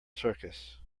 circus